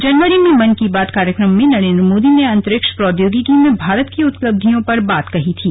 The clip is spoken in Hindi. जनवरी में मन की बात कार्यक्रम में नरेन्द्र मोदी ने अंतरिक्ष प्रौद्योगिकी में भारत की उपलब्धीयों पर बात की थी